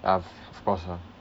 of course lah